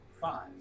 five